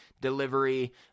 delivery